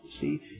See